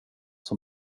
som